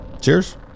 Cheers